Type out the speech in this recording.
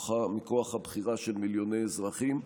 מכוח הבחירה של מיליוני אזרחים.